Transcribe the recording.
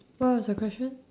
what was your question